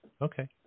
Okay